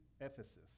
Ephesus